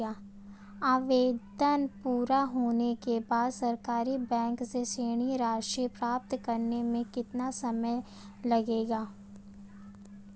आवेदन पूरा होने के बाद सरकारी बैंक से ऋण राशि प्राप्त करने में कितना समय लगेगा?